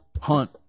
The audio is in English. Hunt